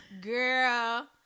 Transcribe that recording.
Girl